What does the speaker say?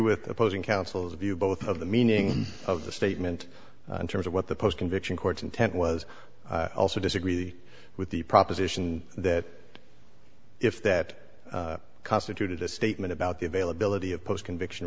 with opposing counsel's view both of the meaning of the statement in terms of what the post conviction court's intent was also disagree with the proposition that if that constituted a statement about the availability of post conviction